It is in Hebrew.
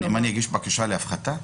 הנאמן יגיש בקשה להפחתה?